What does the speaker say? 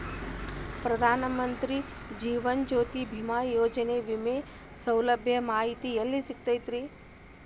ಪ್ರಧಾನ ಮಂತ್ರಿ ಜೇವನ ಜ್ಯೋತಿ ಭೇಮಾಯೋಜನೆ ವಿಮೆ ಸೌಲಭ್ಯದ ಮಾಹಿತಿ ಎಲ್ಲಿ ಸಿಗತೈತ್ರಿ?